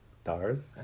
Stars